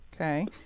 Okay